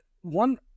one